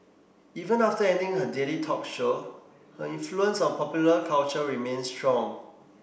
even after ending her daily talk show her influence on popular culture remains strong